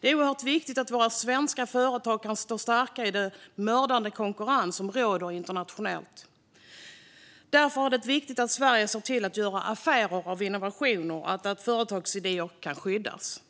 Det är oerhört viktigt att våra svenska företag kan stå starka i den mördande konkurrens som råder internationellt. Därför är det viktigt att Sverige ser till att göra affärer av innovationer och att företagsidéer kan skyddas.